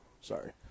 Sorry